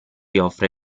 offre